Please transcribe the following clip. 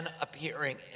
appearing